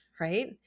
right